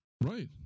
right